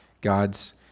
god's